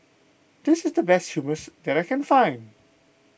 this is the best Hummus that I can find